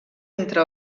entre